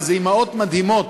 ואלה אימהות מדהימות,